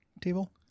table